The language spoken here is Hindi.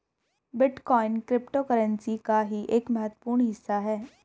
बिटकॉइन क्रिप्टोकरेंसी का ही एक महत्वपूर्ण हिस्सा है